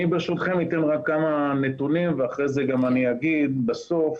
אני ברשותכם אתן כמה נתונים ואחרי זה אגיד בסוף